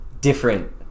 different